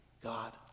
God